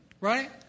right